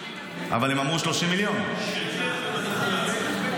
אבל מדברים פה על 30 מיליון שקל להקמה.